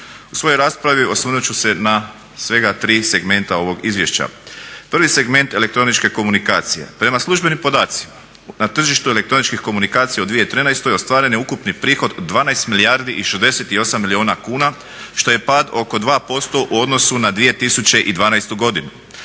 U svojoj raspravi osvrnut ću se na svega 3 segmenta ovog izvješća. Prvi segment elektroničke komunikacije prema službenim podacima na tržištu elektroničkih komunikacija u 2013. ostvaren je ukupni prihod 12 milijardi i 68 milijuna kuna što je pad oko 2% u odnosu na 2012. godinu.